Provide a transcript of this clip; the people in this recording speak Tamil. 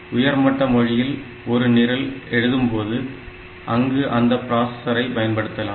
உயர்மட்ட மொழியில் ஒரு நிரல் எழுதும்போது அங்கு இந்த பிராஸஸரை பயன்படுத்தலாம்